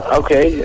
okay